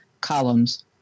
columns